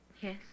yes